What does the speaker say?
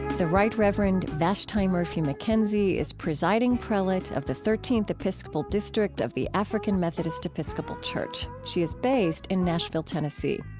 the right reverend vashti murphy mckenzie is presiding prelate of the thirteenth episcopal district of the african methodist episcopal church. she is based in nashville, tennessee.